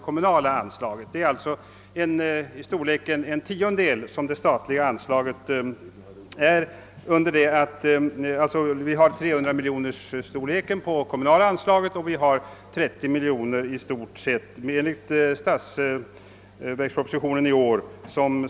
Kommunerna anslår omkring 300 miljoner kronor, medan statens anslag bara är en tiondel så stort, nämligen 30 miljoner kronor enligt årets statsverksproposition.